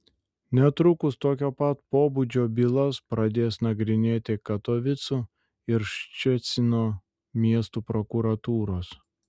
netrukus tokio pat pobūdžio bylas pradės nagrinėti katovicų ir ščecino miestų prokuratūros